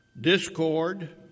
discord